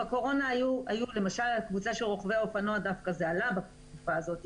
בקורונה למשל בקבוצה של רוכבי האופנוע זה דווקא עלה בתקופה הזאת.